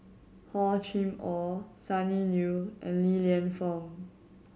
Hor Chim Or Sonny Liew and Li Lienfung